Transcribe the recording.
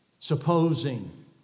supposing